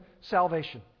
salvation